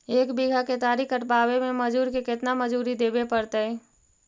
एक बिघा केतारी कटबाबे में मजुर के केतना मजुरि देबे पड़तै?